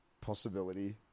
possibility